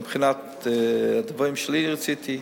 מבחינת הדברים שאני רציתי לומר,